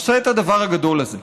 עושה את הדבר הגדול הזה,